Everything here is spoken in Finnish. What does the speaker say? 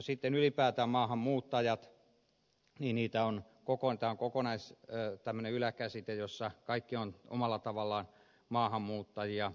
sitten ylipäätään maahanmuuttajat on kokonais tällainen yläkäsite jossa kaikki ovat omalla tavallaan maahanmuuttajia